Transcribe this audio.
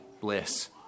bliss